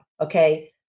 Okay